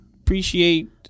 Appreciate